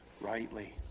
rightly